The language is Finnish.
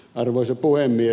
arvoisa puhemies